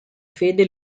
fede